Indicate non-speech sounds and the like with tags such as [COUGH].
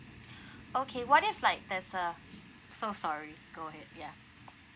[BREATH] okay what if like there's uh so sorry go ahead ya